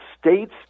states